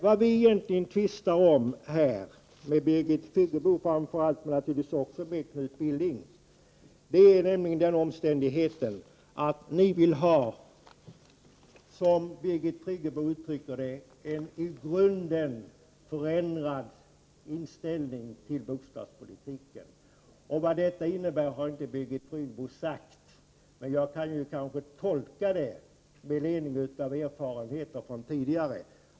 Vad jag här tvistar med Birgit Friggebo och naturligtvis även med Knut Billing om är den omständigheten att ni vill ha, som Birgit Friggebo uttryckte det, en i grunden förändrad inställning i bostadspolitiken. Vad detta innebär har Birgit Friggebo inte sagt, men jag kan kanske tolka det med ledning av erfarenheter från tidigare.